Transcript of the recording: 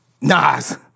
Nas